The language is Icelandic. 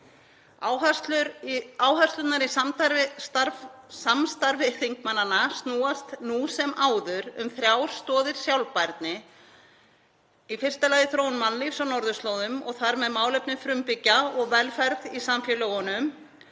Áherslurnar í samstarfi þingmannanna snúast nú sem áður um þrjár stoðir sjálfbærni: Í fyrsta lagi þróun mannlífs á norðurslóðum og þar með málefni frumbyggja og velferð í samfélögunum,